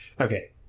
Okay